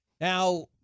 Now